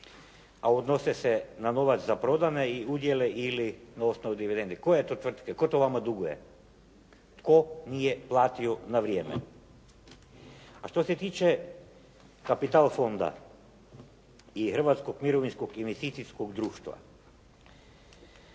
a odnose se na novac za prodane i udjele ili na osnovi dividendi. Koje to tvrtke? Tko to vama duguje? Tko nije platio na vrijeme? A što se tiče kapital fonda i Hrvatskog mirovinskog investicijskog društva,